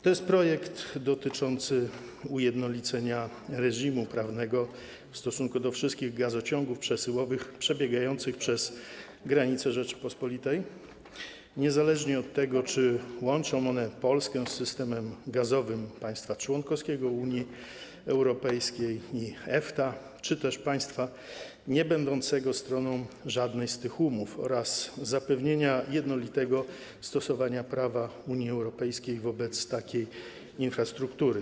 To jest projekt dotyczy ujednolicenia reżimu prawnego w stosunku do wszystkich gazociągów przesyłowych przebiegających przez granicę Rzeczypospolitej, niezależnie od tego, czy łączą one Polskę z systemem gazowym państwa członkowskiego Unii Europejskiej i EFTA, czy też państwa niebędącego stroną żadnej z tych umów, oraz zapewnienia jednolitego stosowania prawa Unii Europejskiej wobec takiej infrastruktury.